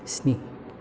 स्नि